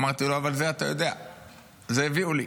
אמרתי לו: את זה הביאו לי.